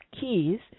keys